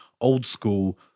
old-school